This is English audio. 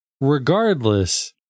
regardless